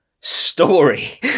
story